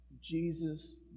Jesus